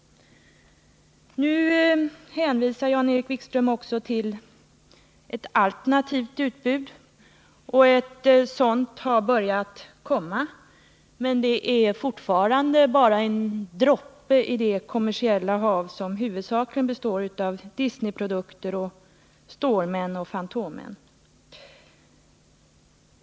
Utbildningsministern hänvisar också till ett alternativt utbud. Ett sådant har också börjat komma, men det är fortfarande bara en droppe i det kommersiella hav som huvudsakligen består av Disneyprodukter, Stålmän och Fantomer.